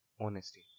honesty